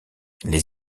les